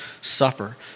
suffer